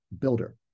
Builder